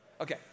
Okay